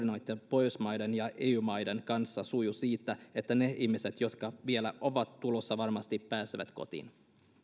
miten pohjoismaiden ja eu maiden kanssa sujuu koordinaatio siitä että ne ihmiset jotka vielä ovat tulossa varmasti pääsevät kotiin